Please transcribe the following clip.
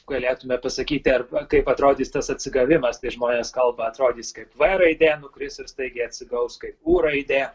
galėtume pasakyti ar kaip atrodys tas atsigavimas tai žmonės kalba atrodys kaip v raidė nukris ir staigiai atsigaus kaip u raidė